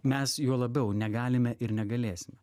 mes juo labiau negalime ir negalėsim